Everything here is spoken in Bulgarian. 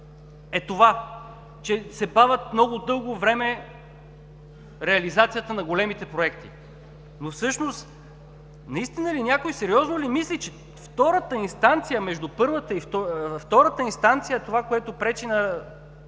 е това, че се бави много дълго време реализацията на големите проекти. Но всъщност наистина ли някой сериозно мисли, че втората инстанцията е това, което пречи на